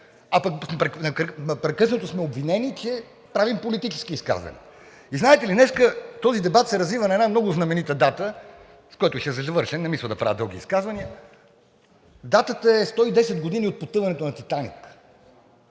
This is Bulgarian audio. а непрекъснато сме обвинени, че правим политически изказвания. И знаете ли, днес този дебат се развива на една много знаменита дата, с което ще завърша – не мисля да правя дълги изказвания. Датата е 110 години от потъването на „Титаник“,